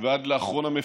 ועד לאחרון המפקדים,